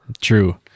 True